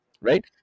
Right